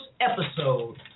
episode